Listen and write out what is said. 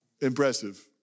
impressive